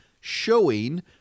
showing